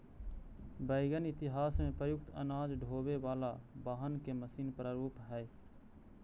wagon इतिहास में प्रयुक्त अनाज ढोवे वाला वाहन के मशीन प्रारूप हई